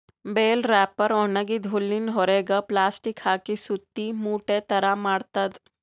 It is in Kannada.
ಬೆಲ್ ರ್ಯಾಪರ್ ಒಣಗಿದ್ದ್ ಹುಲ್ಲಿನ್ ಹೊರೆಗ್ ಪ್ಲಾಸ್ಟಿಕ್ ಹಾಕಿ ಸುತ್ತಿ ಮೂಟೆ ಥರಾ ಮಾಡ್ತದ್